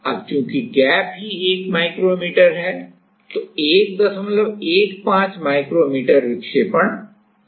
अब चूंकि गैप ही 1 माइक्रोमीटर है तो 115 माइक्रो मीटर विक्षेपण संभव नहीं है